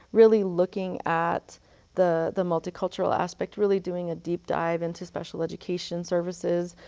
really looking at the the multicultural aspect, really doing a deep dive into special education services,